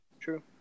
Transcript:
True